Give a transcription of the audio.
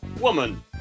Woman